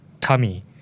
tummy